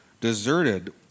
deserted